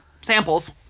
samples